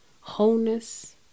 wholeness